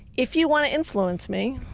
if you want to influence me,